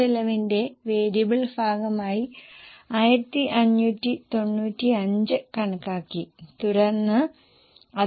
6 ആയി വരുന്നു ഇപ്പോൾ പ്രൊജക്ഷനൊന്നുമില്ല ഇത് കഴിഞ്ഞ വർഷത്തെ ഡാറ്റയാണ്